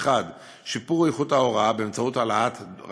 מטרתה של התוכנית לייצר שוויון הזדמנויות